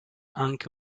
anche